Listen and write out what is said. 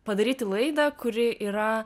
padaryti laidą kuri yra